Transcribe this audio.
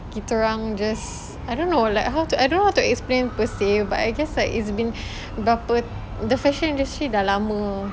kita orang just I don't know like how to I don't know how to explain [pe] seh but I guess like it's been berapa the fashion industry dah lama